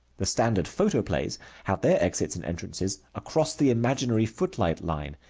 the standard photoplays have their exits and entrances across the imaginary footlight line,